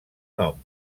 nom